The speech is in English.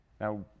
Now